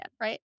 right